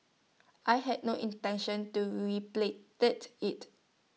I have no intention to replicate IT